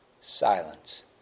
silence